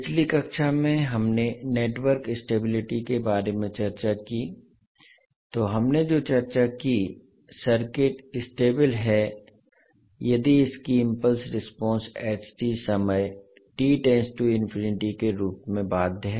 पिछली कक्षा में हमने नेटवर्क स्टेबिलिटी के बारे में चर्चा की तो हमने जो चर्चा की सर्किट स्टेबल है यदि इसकी इम्पल्स रिस्पांस समय के रूप में बाध्य है